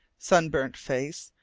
sunburnt face,